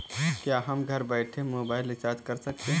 क्या हम घर बैठे मोबाइल रिचार्ज कर सकते हैं?